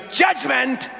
judgment